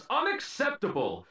unacceptable